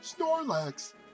Snorlax